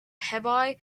hebei